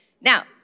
Now